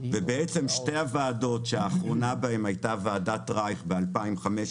ובעצם שתי הוועדות האחרונה בהן הייתה ועדת רייך בשנת 2015